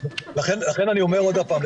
לכן אני אומר עוד פעם,